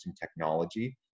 technology